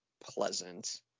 pleasant